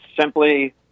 simply